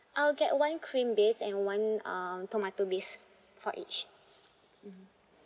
I'll get one cream based and one um tomato based for each mmhmm